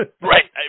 Right